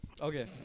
Okay